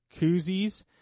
koozies